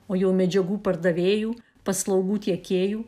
o jau medžiagų pardavėjų paslaugų tiekėjų